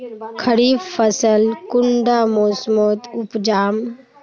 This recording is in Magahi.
खरीफ फसल कुंडा मोसमोत उपजाम?